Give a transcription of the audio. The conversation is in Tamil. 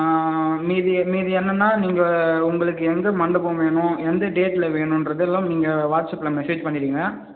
மீதி மீதி என்னென்னால் நீங்கள் உங்களுக்கு எந்த மண்டபம் வேணும் எந்த டேட்டில் வேணுங்றதெல்லாம் நீங்கள் வாட்ஸ்அப்பில் மெசேஜ் பண்ணிவிடுங்க